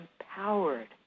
empowered